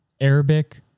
Arabic